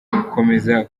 gukomeza